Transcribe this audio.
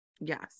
Yes